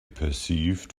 perceived